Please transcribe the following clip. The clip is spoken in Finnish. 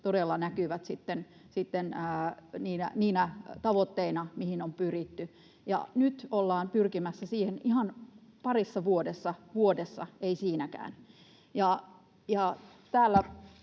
todella näkyvät sitten niinä tavoitteina, mihin on pyritty. Nyt ollaan pyrkimässä siihen ihan parissa vuodessa, ei siinäkään.